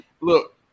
Look